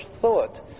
thought